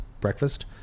breakfast